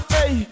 Hey